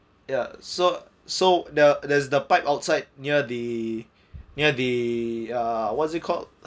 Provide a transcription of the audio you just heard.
ya so so the there's the pipe outside near the near the uh what's it called